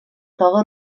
toga